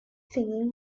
singing